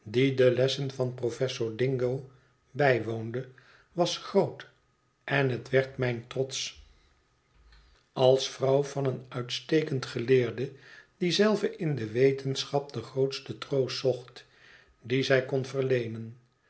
de lessen van professor dingo bijwoonde was groot en het werd mijn trots als vrouw van een uitstekend geleerde die zelve in de wetenschap den grootsten troost zocht dien zij